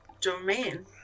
domain